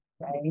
right